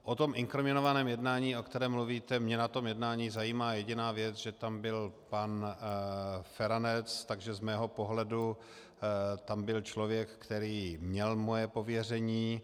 O tom inkriminovaném jednání, o kterém mluvíte mě na tom jednání zajímá jediná věc, že tam byl pan Feranec, takže z mého pohledu tam byl člověk, který měl moje pověření.